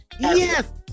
Yes